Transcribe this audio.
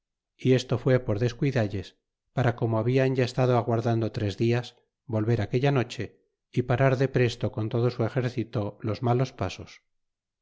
y esto fué por descuidalles para como habian ya estado aguardando tres dias volver aquella noche y pasar depresto con todo su exercito los malos